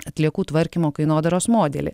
atliekų tvarkymo kainodaros modelį